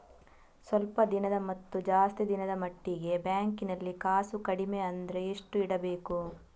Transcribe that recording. ಸ್ವಲ್ಪ ದಿನದ ಮತ್ತು ಜಾಸ್ತಿ ದಿನದ ಮಟ್ಟಿಗೆ ಬ್ಯಾಂಕ್ ನಲ್ಲಿ ಕಾಸು ಕಡಿಮೆ ಅಂದ್ರೆ ಎಷ್ಟು ಇಡಬೇಕು?